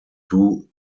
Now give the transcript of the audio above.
two